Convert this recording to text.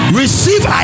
receive